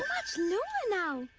much lower now.